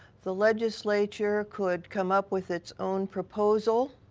the legislature could come up with its own proposal.